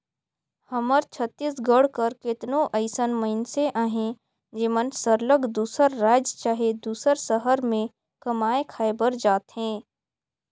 हमर छत्तीसगढ़ कर केतनो अइसन मइनसे अहें जेमन सरलग दूसर राएज चहे दूसर सहर में कमाए खाए बर जाथें